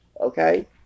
okay